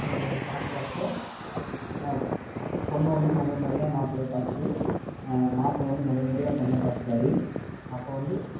அது பார்க்குறப்ப பொண்ணு வந்து முதல் முறையாக மாப்பிளையை பார்க்குது மாப்பிளை வந்து முதல் முறையாக பொண்ணை பார்க்குறாரு அப்போ வந்து